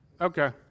Okay